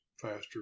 faster